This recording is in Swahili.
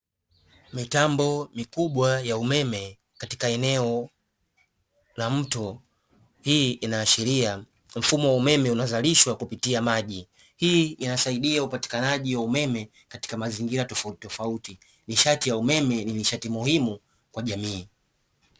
Mitambo mikubwa ya umeme katika eneo la mto. Hii inaashiria mfumo wa umeme unazalishwa kupitia maji. Hii inasaidia upatikanaji wa umeme katika mazingira tofautitofauti. Nishati ya umeme ni nishati muhimu kwa jamii.